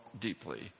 deeply